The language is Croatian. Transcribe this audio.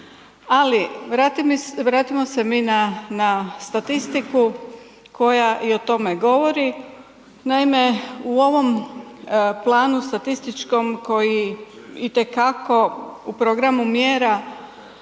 ali vratimo se mi na statistiku koja i o tome govori, naime u ovom planu statističkom koji itekako u programu mjera